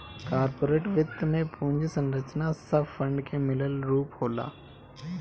corporate वित्त में पूंजी संरचना सब फंड के मिलल रूप होला